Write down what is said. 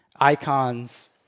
icons